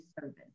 service